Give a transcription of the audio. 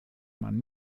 man